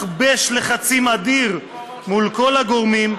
שהפעילו מכבש לחצים אדיר מול כל הגורמים,